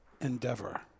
Endeavor